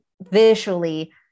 visually